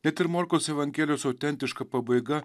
net ir morkaus evangelijos autentiška pabaiga